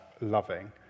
loving